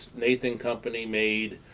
nathan company made